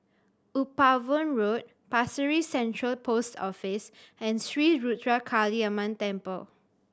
Upavon Road Pasir Ris Central Post Office and Sri Ruthra Kaliamman Temple